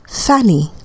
Fanny